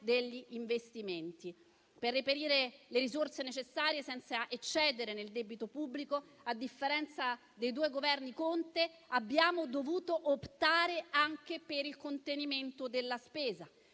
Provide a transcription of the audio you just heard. degli investimenti. Per reperire le risorse necessarie senza eccedere nel debito pubblico, a differenza dei due Governi Conte, abbiamo dovuto optare anche per il contenimento della spesa.